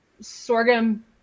sorghum